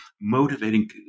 motivating